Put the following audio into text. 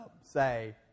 say